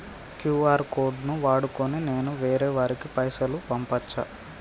QR code ను వాడుకొని నేను వేరే వారికి పైసలు పంపచ్చా?